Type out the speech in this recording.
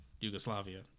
Yugoslavia